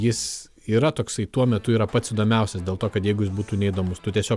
jis yra toksai tuo metu yra pats įdomiausias dėl to kad jeigu jis būtų neįdomus tu tiesiog